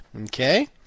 Okay